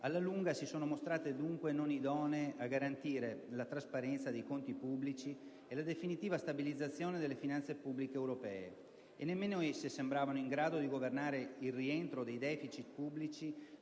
alla lunga, si sono mostrate dunque non idonee a garantire la trasparenza dei conti pubblici e la definitiva stabilizzazione delle finanze pubbliche europee. Nemmeno esse sembravano in grado di governare il rientro dei deficit pubblici